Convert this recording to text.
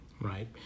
Right